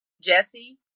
jesse